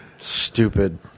Stupid